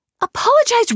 Apologize